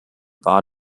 war